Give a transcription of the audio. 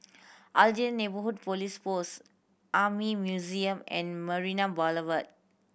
Aljunied Neighbourhood Police Post Army Museum and Marina Boulevard